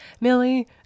Millie